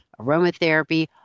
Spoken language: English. aromatherapy